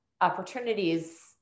opportunities